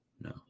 no